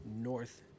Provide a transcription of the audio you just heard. North